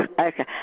okay